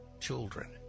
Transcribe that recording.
children